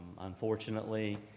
Unfortunately